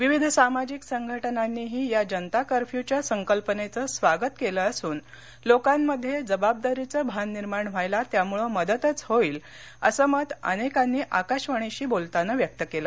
विविध सामाजिक संघटनांनीही या जनता कर्फ्यू च्या संकल्पनेचं स्वागत केलं असून लोकांमध्ये जबाबदारीचं भान निर्माण व्हायला त्यामुळं मदतच होईल असं मत अनेकांनी आकाशवाणीशी बोलताना व्यक्त केलं